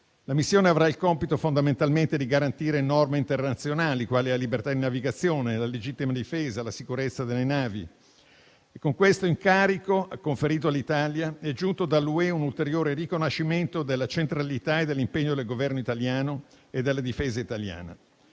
La missione avrà il compito di garantire norme internazionali quali la libertà di navigazione, la legittima difesa e la sicurezza delle navi. Con questo incarico conferito all'Italia è giunto dall'UE un ulteriore riconoscimento della centralità e dell'impegno del Governo italiano e della Difesa italiana.